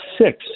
six